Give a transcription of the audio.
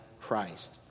Christ